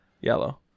Yellow